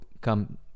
come